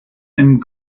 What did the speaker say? and